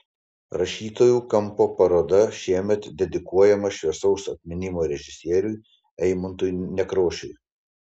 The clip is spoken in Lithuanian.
rašytojų kampo paroda šiemet dedikuojama šviesaus atminimo režisieriui eimuntui nekrošiui